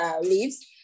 leaves